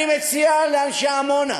אני מציע לאנשי עמונה,